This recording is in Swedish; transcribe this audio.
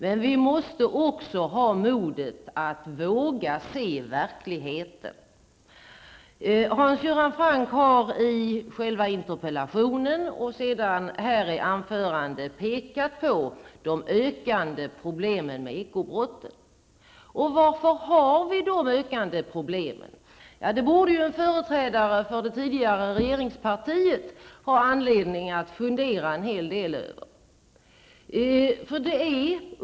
Men vi måste också ha modet att våga se verkligheten. Hans Göran Franck har i själva interpellationen och sedan i sitt anförande pekat på de ökande problemen med ekobrotten. Varför har vi dessa ökande problem? Ja, det borde en företrädare för det tidigare regeringspartiet ha anledning att fundera en hel del över.